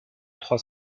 trois